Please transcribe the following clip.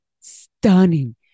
Stunning